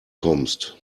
kommst